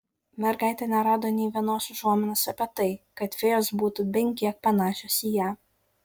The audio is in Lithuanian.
mergaitė nerado nė vienos užuominos apie tai kad fėjos būtų bent kiek panašios į ją